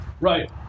right